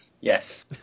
Yes